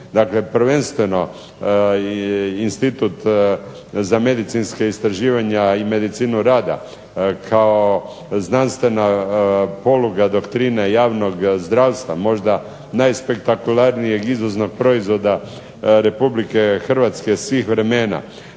dakle prvenstveno Institut za medicinska istraživanja i medicinu rada kao znanstvena poluga doktrine javnog zdravstva, možda najspektakularnijeg izvoznog proizvoda Republike Hrvatske svih vremena